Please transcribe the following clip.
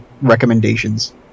recommendations